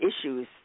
issues